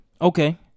Okay